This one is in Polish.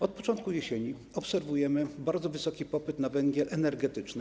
Od początku jesieni obserwujemy bardzo wysoki popyt na węgiel energetyczny.